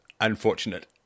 unfortunate